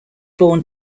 born